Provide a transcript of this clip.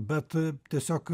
bet tiesiog